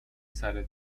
سرت